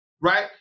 right